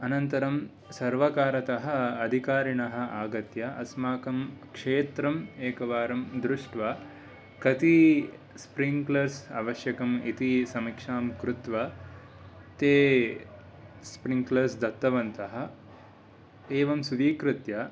अनन्तरं सर्वकारतः अधिकारिणः आगत्य अस्माकं क्षेत्रं एकवारं दृष्ट्वा कति स्प्रिङ्क्लेर्स् आवश्यकम् इति समीक्षां कृत्वा ते स्प्रिङ्क्लेर्स् दत्तवन्तः एवं स्वीकृत्य